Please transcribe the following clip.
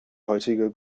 heutige